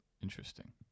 Interesting